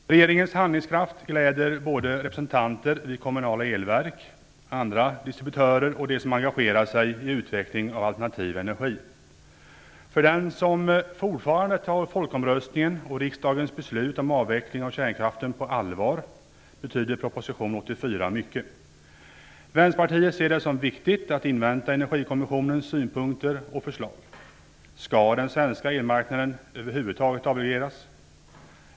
Herr talman! Regeringens proposition 84 visar på en stor klokskap. Vårens debatt i riksdagen har nödvändiggjort detta förslag. Jag vill ändå påstå att det visar på en styrka och på ett omdöme att nu uppskjuta det förslag som annars skulle träda i kraft den 1 januari 1995. Regeringens handlingskraft gläder såväl representanter vid kommunala elverk som andra distributörer och dem som engagerar sig i utvecklingen av alternativ energi. För den som fortfarande tar folkomröstningen och riksdagens beslut om avveckling av kärnkraften på allvar betyder proposition 84 mycket. Vänsterpartiet ser det som viktigt att man inväntar Energikommissionens synpunkter och förslag. Skall den svenska elmarknaden över huvud taget avregleras?